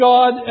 God